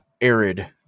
arid